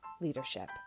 leadership